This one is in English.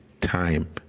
time